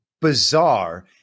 bizarre